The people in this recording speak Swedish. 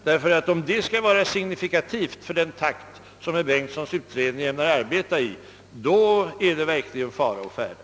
Skall det vara signifikativt för den takt som herr Bengtssons utredning ämnar arbeta i, då är det verkligen fara å färde.